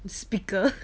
speaker